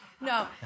No